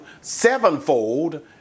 sevenfold